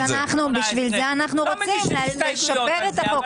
--- בשביל זה אנחנו רוצים לשפר את החוק.